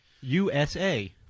USA